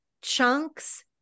chunks